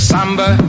Samba